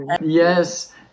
Yes